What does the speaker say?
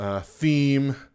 theme